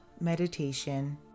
meditation